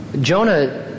Jonah